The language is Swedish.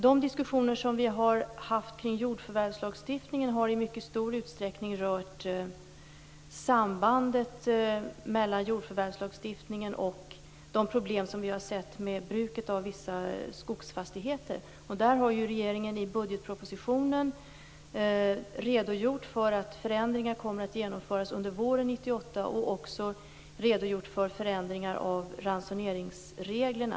De diskussioner som vi har haft kring jordförvärvslagstiftningen har i mycket stor utsträckning rört sambandet mellan jordförvärvslagstiftningen och de problem som vi har sett vid bruket av vissa skogsfastigheter. Där har regeringen i budgetpropositionen redogjort för att förändringar kommer att genomföras under våren 1998. Vi har också redogjort för förändringar av ransoneringsreglerna.